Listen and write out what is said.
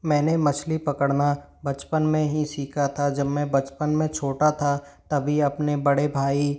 मैंने मछली पकड़ना बचपन में ही सीखा था जब मैं बचपन में छोटा था तभी अपने बड़े भाई